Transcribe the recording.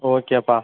ஓகேப்பா